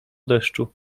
deszczu